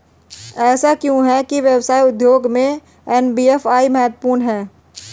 ऐसा क्यों है कि व्यवसाय उद्योग में एन.बी.एफ.आई महत्वपूर्ण है?